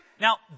Now